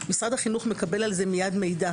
משרד החינוך מקבל על זה מייד מידע.